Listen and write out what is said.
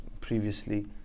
previously